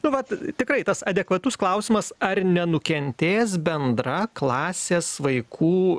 nu vat tikrai tas adekvatus klausimas ar nenukentės bendra klasės vaikų